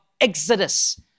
Exodus